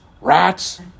rats